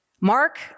Mark